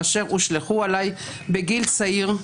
אשר הושלכו עליי בגיל צעיר,